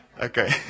Okay